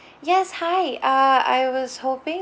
yes hi uh I was hoping